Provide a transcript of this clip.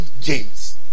James